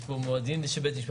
יש פה מועדים של בית משפט.